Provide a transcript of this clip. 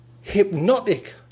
hypnotic